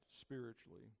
spiritually